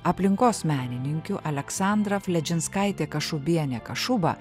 aplinkos menininkių aleksandra fledžinskaitė kašubienė kašuba